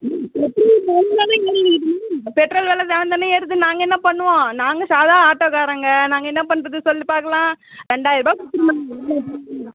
petrol வெலை தினம் தினம் ஏறுது நாங்கள் என்ன பண்ணுவோம் நாங்கள் சாதா ஆட்டோக்காரங்கள் நாங்கள் என்ன பண்ணுறது சொல்லு பார்க்கலாம் ரெண்டாயிர ரூபா கொடுத்துருமா